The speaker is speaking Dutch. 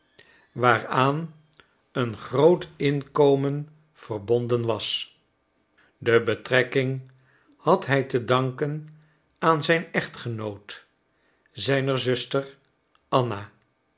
waaraan een groot inkomen verbonden was deze betrekking had hij te danken aan den echtgenoot zijner zuster anna